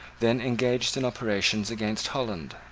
then engaged in operations against holland.